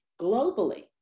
globally